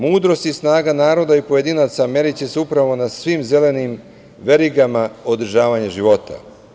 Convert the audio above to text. Mudrost i snaga naroda i pojedinaca meriće se upravo na svim zelenim verigama održavanja života.